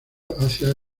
hacia